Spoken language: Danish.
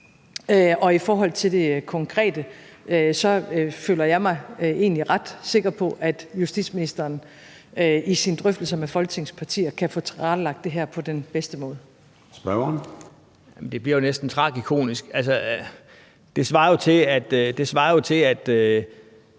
I forhold til det konkrete føler jeg mig egentlig ret sikker på, at justitsministeren i sine drøftelser med Folketingets partier kan få tilrettelagt det her på den bedste måde. Kl. 14:03 Formanden (Søren Gade): Spørgeren. Kl.